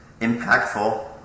impactful